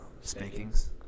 spankings